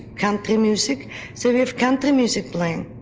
country music so we have country music playing.